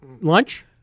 Lunch